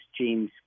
James